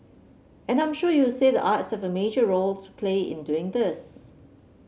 and I'm sure you'll say the arts have a major role to play in doing this